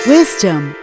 Wisdom